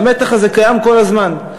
והמתח הזה קיים כל הזמן.